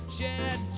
Chad